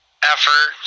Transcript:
effort